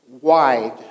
wide